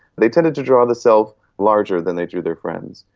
they tended to draw the self larger than they drew their friends.